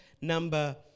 number